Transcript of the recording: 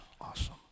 awesome